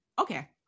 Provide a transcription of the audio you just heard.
okay